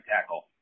tackle